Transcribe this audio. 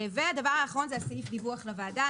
והדבר האחרון זה הסעיף דיווח לוועדה.